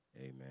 Amen